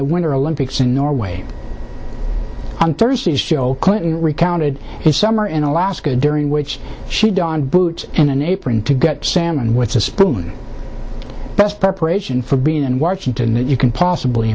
the winter olympics in norway on thursday clinton recounted his summer in alaska during which she donned boots and an apron to get salmon with a spoon the best preparation for being in washington that you can possibly